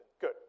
Good